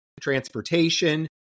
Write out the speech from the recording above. transportation